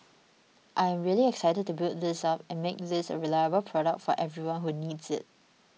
I really excited to build this up and make this a reliable product for everyone who needs it